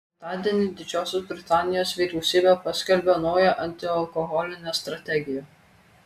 penktadienį didžiosios britanijos vyriausybė paskelbė naują antialkoholinę strategiją